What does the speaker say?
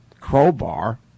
crowbar